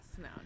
No